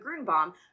Grunbaum